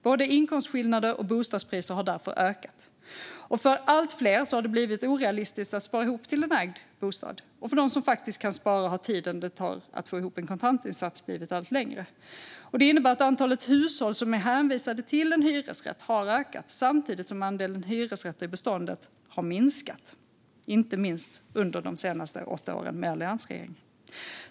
Både inkomstskillnader och bostadspriser har därför ökat. För allt fler har det blivit orealistiskt att spara ihop till en ägd bostad, och för dem som faktiskt kan spara har tiden det tar att få ihop till en kontantinsats blivit allt längre. Detta innebär att antalet hushåll som är hänvisade till hyresrätter har ökat samtidigt som andelen hyresrätter i beståndet har minskat, inte minst under de senaste åtta åren med alliansregering.